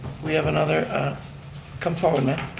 we have another component.